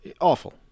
Awful